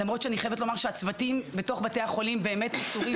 למרות שאני חייבת לומר שהצוותים בתוך בתי החולים באמת מסורים,